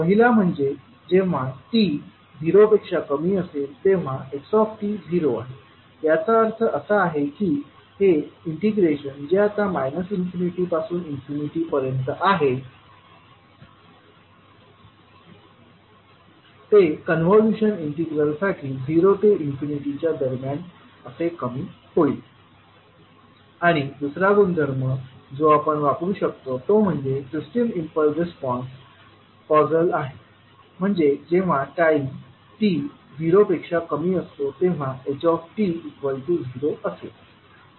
पहिला म्हणजे जेव्हा t झिरो पेक्षा कमी असेल तेव्हा x झिरो आहे याचा अर्थ असा आहे की हे इंटिग्रेशन जे आता मायनस इन्फिनिटी पासून इन्फिनिटी पर्यंत आहे ते कॉन्व्होल्यूशन इंटिग्रलसाठी झिरो ते इन्फिनिटीच्या दरम्यान असे कमी होईल आणि दुसरा गुणधर्म जो आपण वापरू शकतो तो म्हणजे सिस्टम इम्पल्स रिस्पॉन्स कॉजल आहे म्हणजे जेव्हा टाईम t झिरो पेक्षा कमी असतो तेव्हा h0 असेल